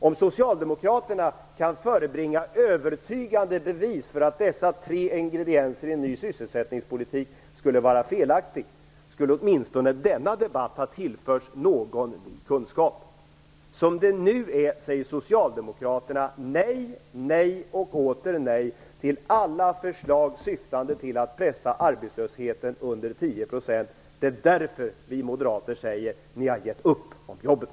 Om socialdemokraterna kan förebringa övertygande bevis för att dessa tre ingredienser i en ny sysselsättningspolitik är felaktiga skulle åtminstone denna debatt ha tillförts någon kunskap. Som det nu är säger socialdemokraterna nej, nej och åter nej till alla förslag som syftar till att pressa arbetslösheten under 10 %. Det är därför vi moderater säger: Ni har gett upp om jobben!